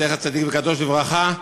זכר צדיק וקדוש לברכה,